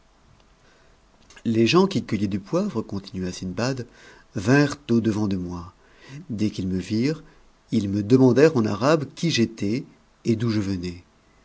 les gens qui cueillaient du poivre continua sindbad vinrent au devaut de moi des qu'ils me virent ils me demandèrent en arabe qui j'étais et d'où je venais